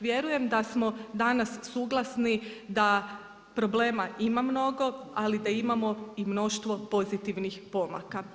Vjerujem da smo danas suglasni da problema ima mnogo ali da imamo i mnoštvo pozitivnih pomaka.